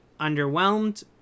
Underwhelmed